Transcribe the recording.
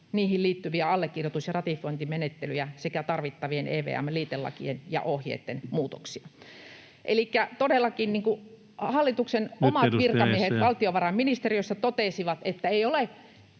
niihin liittyviä allekirjoitus- ja ratifiointimenettelyjä sekä tarvittavien EVM-liitelakien ja ohjeitten muutoksia. Elikkä todellakin hallituksen [Puhemies: Nyt, edustaja Essayah!] omat virkamiehet valtiovarainministeriössä totesivat, että ei ole